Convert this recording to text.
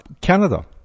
Canada